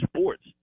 sports